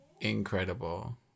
incredible